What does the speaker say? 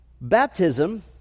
Baptism